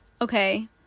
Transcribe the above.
okay